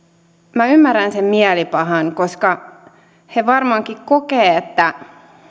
minä ymmärrän sen mielipahan koska he varmaankin kokevat että